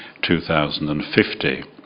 2050